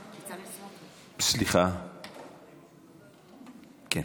סליחה, כן.